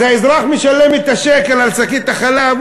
אז האזרח משלם את השקל על שקית החלב,